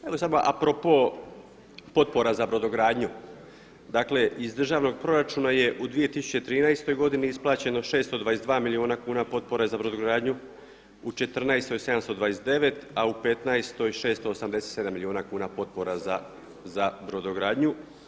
Evo samo a propo potpora za brodogradnju, dakle iz državnog proračuna je u 2013. godini isplaćeno 622 milijuna kuna potpora za brodogradnju, u '14.-toj 729, a u '15.-oj 687 milijuna kuna potpora za brodogradnju.